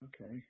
Okay